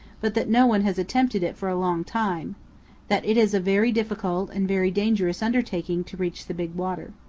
but that no one has attempted it for a long time that it is a very difficult and very dangerous undertaking to reach the big water.